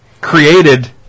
created